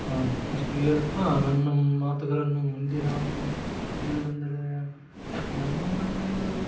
ಹೌದು ಅಷ್ಟು ಹೇಳುತ್ತಾ ನನ್ನ ಮಾತುಗಳನ್ನು ಮುಂದೆ ನಾನು ಹೇಳೋದಂದ್ರೆ ನಮ್ಮ ಮನೆಯಲ್ಲು